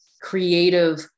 creative